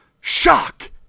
shock